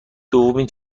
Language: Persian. دومین